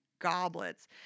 goblets